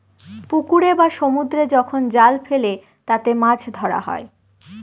পুকুরে বা সমুদ্রে যখন জাল ফেলে তাতে মাছ ধরা হয়